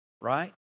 Right